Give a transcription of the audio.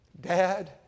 dad